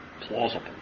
plausible